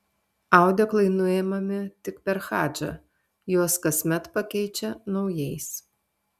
audeklai nuimami tik per hadžą juos kasmet pakeičia naujais